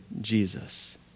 Jesus